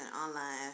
online